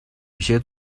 一些